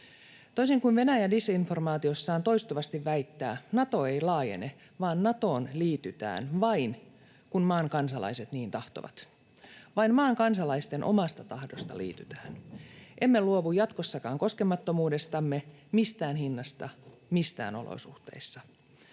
Toisin kuin Venäjä disinformaatiossaan toistuvasti väittää, Nato ei laajene, vaan Natoon liitytään vain, kun maan kansalaiset niin tahtovat. Vain maan kansalaisten omasta tahdosta liitytään. Emme luovu jatkossakaan koskemattomuudestamme mistään hinnasta, missään olosuhteissa.